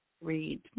Read